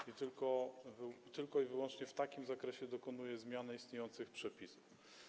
I tylko i wyłącznie w takim zakresie dokonujemy zmiany istniejących przepisów.